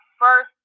first